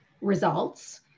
results